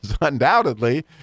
undoubtedly